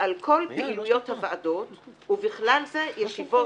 ועל כל פעילויות הוועדות (ובכלל זה ישיבות